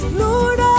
lord